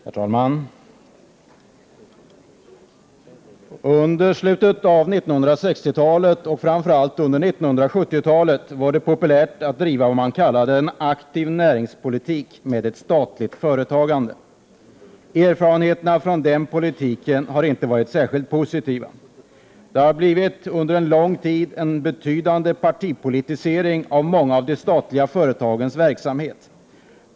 Herr talman! Under slutet av 1960-talet och framför allt under 1970-talet var det populärt att driva vad man kallade en aktiv näringspolitik med ett statligt företagande. Erfarenheterna från den politiken har inte varit särskilt positiva. Under en lång tid har det skett en betydande partipolitisering av många av de statliga företagens verksamhet.